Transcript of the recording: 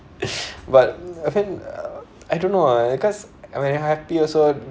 but I mean I don't know ah cause when you happy also